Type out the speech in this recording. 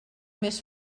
més